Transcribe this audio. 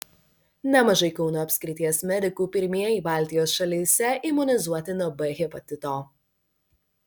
nemažai kauno apskrities medikų pirmieji baltijos šalyse imunizuoti nuo b hepatito